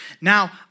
Now